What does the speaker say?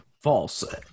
False